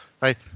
right